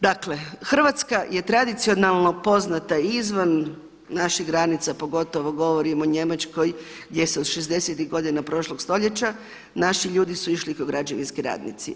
Dakle, Hrvatska je tradicionalno poznata i izvan naših granica pogotovo govorim o Njemačkoj gdje se od 60.tih godina prošlog stoljeća naši ljudi su išli kao građevinski radnici.